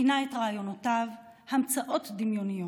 כינה את רעיונותיו "המצאות דמיוניות".